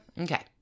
Okay